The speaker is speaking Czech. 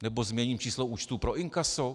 Nebo změním číslo účtu pro inkaso?